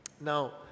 Now